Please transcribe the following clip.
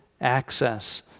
access